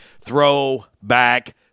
Throwback